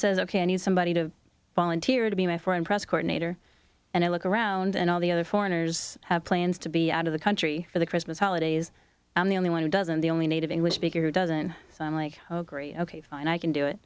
says ok i need somebody to volunteer to be my foreign press corps nater and i look around and all the other foreigners have plans to be out of the country for the christmas holidays i'm the only one who doesn't the only native english speaker who doesn't like agree ok fine i can do